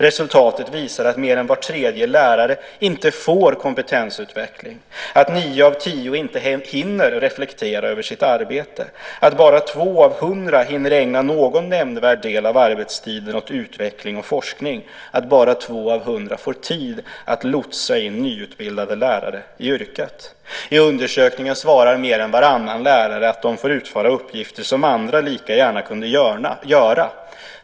Resultatet visar att mer än var tredje lärare inte får kompetensutveckling, att nio av tio inte hinner reflektera över sitt arbete, att bara två av hundra hinner ägna någon nämnvärd del av arbetstiden åt utveckling och forskning, att bara två av hundra får tid att lotsa in nyutbildade lärare i yrket. I undersökningen svarar mer än varannan lärare att de får utföra uppgifter som andra lika gärna kunde göra.